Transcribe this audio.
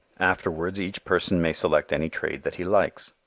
afterwards each person may select any trade that he likes.